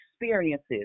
experiences